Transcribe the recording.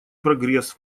прогресс